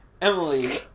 Emily